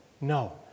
No